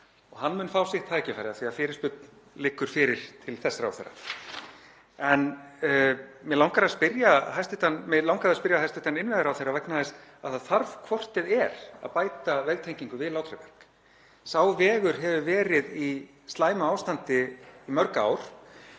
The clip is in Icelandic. og hann mun fá sitt tækifæri af því að fyrirspurn liggur fyrir til þess ráðherra. En mig langaði að spyrja hæstv. innviðaráðherra vegna þess að það þarf hvort eð er að bæta vegtengingu við Látrabjarg. Sá vegur hefur verið í slæmu ástandi í mörg ár